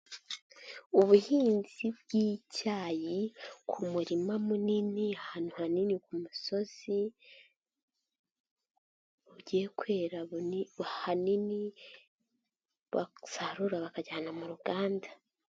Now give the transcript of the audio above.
Ubuhinzi bw'icyayi ku murima munini, ahantu hanini ku musozi, bugiye kwera hanini, basarura bakajyana mu ruganda.